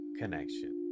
connection